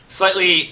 slightly